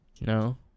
no